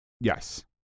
Yes